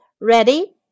Ready